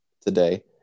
today